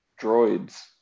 droids